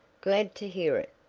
glad to hear it.